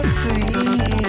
free